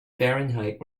fahrenheit